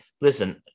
Listen